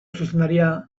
zuzendaria